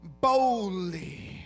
boldly